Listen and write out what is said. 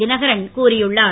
தினகரன் கூறியுள்ளார்